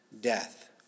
death